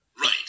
Right